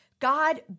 God